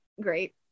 great